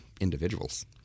individuals